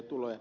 tuloja